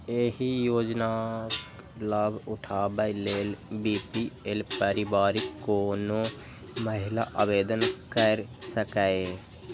एहि योजनाक लाभ उठाबै लेल बी.पी.एल परिवारक कोनो महिला आवेदन कैर सकैए